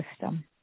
system